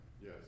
Yes